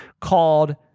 called